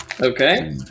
okay